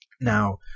Now